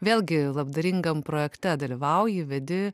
vėlgi labdaringam projekte dalyvauji vedi